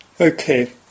Okay